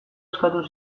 eskatu